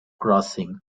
crossing